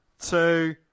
two